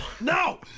No